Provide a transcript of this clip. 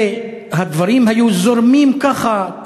והדברים היו זורמים ככה,